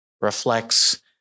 reflects